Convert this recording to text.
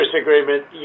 agreement